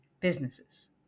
businesses